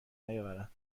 نیاورند